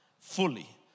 Fully